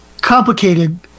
complicated